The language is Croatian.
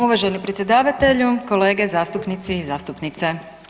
Uvaženi predsjedavatelju, kolege zastupnici i zastupnice.